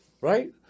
Right